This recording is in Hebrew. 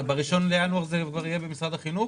מ-1 בינואר זה יהיה במשרד החינוך